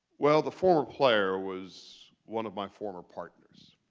well, the former player was one of my former partners.